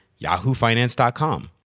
yahoofinance.com